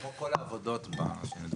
אתה יכול להניח שמה שאנחנו אמורים